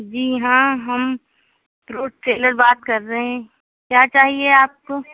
جی ہاں ہم fruit seller بات کر رہے کیا چاہیے آپ کو